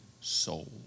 soul